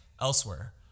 elsewhere